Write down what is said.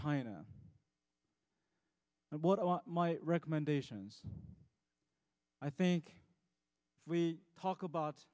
want my recommendations i think we talk about